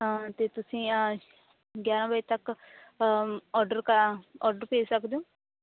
ਹਾਂ ਤੇ ਤੁਸੀਂ ਆ ਗਿਆਰਾਂ ਵਜੇ ਤੱਕ ਔਡਰ ਕਰਾਂ ਔਡਰ ਭੇਜ ਸਕਦੇ ਹੋ